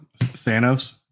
thanos